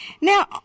Now